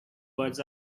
words